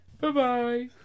Bye-bye